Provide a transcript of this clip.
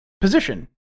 position